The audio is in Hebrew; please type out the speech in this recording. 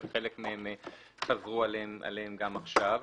חלק מהם חזרו עליהן גם עכשיו.